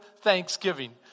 thanksgiving